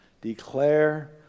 declare